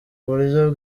buryo